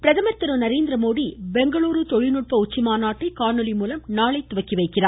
பிரதமர் திருநரேந்திரமோதி பெங்களூரு தொழில் நுட்ப உச்சி மாநாட்டை காணொலி மூலம் நாளை தொடங்கி வைக்கிறார்